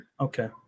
Okay